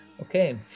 okay